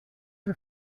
her